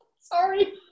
Sorry